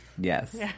Yes